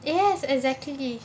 yes exactly